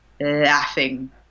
laughing